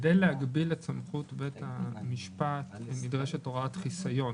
כדי להגביל את סמכות בית המשפט נדרשת הוראת חיסיון,